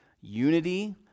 unity